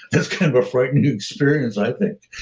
that's kind of a frightening experience, i think